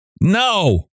No